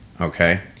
Okay